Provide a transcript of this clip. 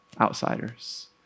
outsiders